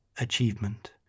achievement